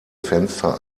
fenster